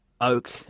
oak